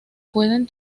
pueden